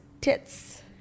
tits